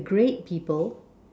great people